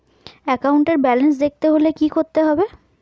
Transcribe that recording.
একাউন্টের ব্যালান্স দেখতে হলে কি করতে হবে?